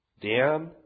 Dan